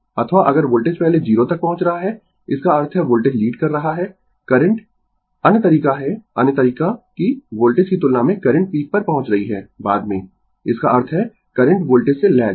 अथवा अगर वोल्टेज पहले 0 तक पहुंच रहा है इसका अर्थ है वोल्टेज लीड कर रहा है करंट अन्य तरीका है अन्य तरीका कि वोल्टेज की तुलना में करंट पीक पर पहुंच रही है बाद में इसका अर्थ है करंट वोल्टेज से लैग है